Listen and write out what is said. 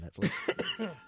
Netflix